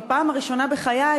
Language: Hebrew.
בפעם הראשונה בחיי,